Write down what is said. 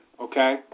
okay